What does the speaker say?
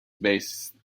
based